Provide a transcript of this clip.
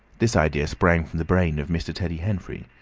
this idea sprang from the brain of mr. teddy henfrey.